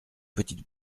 petite